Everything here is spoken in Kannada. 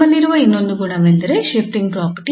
ನಮ್ಮಲ್ಲಿರುವ ಇನ್ನೊಂದು ಗುಣವೆಂದರೆ ಶಿಫ್ಟಿಂಗ್ ಪ್ರಾಪರ್ಟಿ